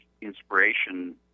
inspiration